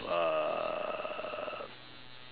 uh